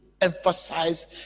emphasize